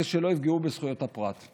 כדי שלא יפגעו בזכויות הפרט.